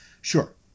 Sure